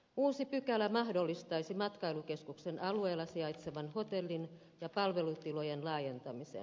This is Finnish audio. uusi pykälä mahdollistaisi matkailukeskuksen alueella sijaitsevan hotellin ja palvelutilojen laajentamisen